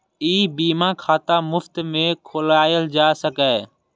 ई बीमा खाता मुफ्त मे खोलाएल जा सकैए